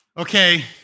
Okay